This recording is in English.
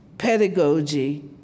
pedagogy